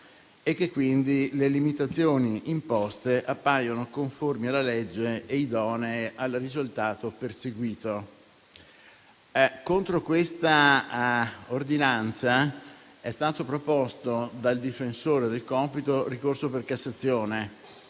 e che quindi le limitazioni imposte appaiono conformi alla legge e idonee al risultato perseguito. Contro questa ordinanza è stato proposto dal difensore del Cospito ricorso per Cassazione.